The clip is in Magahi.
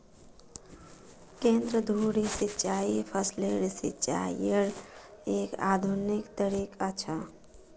केंद्र धुरी सिंचाई फसलेर सिंचाईयेर एक आधुनिक तरीका छ